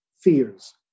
fears